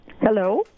Hello